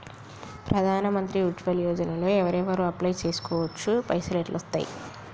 ప్రధాన మంత్రి ఉజ్వల్ యోజన లో ఎవరెవరు అప్లయ్ చేస్కోవచ్చు? పైసల్ ఎట్లస్తయి?